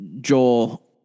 Joel